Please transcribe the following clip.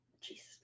Jesus